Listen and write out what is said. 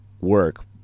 work